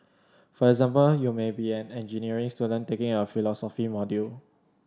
for example you may be an engineering student taking a philosophy module